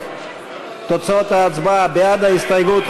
תוצאות ההצבעה: בעד ההסתייגות,